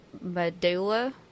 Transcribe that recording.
medulla